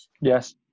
Yes